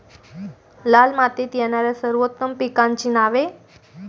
लाल मातीत येणाऱ्या सर्वोत्तम पिकांची नावे?